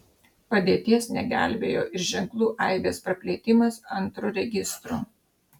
padėties negelbėjo ir ženklų aibės praplėtimas antru registru